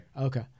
Okay